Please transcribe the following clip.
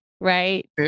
right